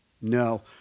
No